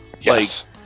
Yes